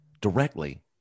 directly